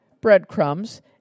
breadcrumbs